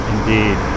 Indeed